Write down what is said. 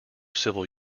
civil